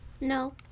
No